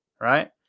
right